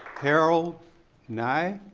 harold ny?